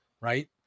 right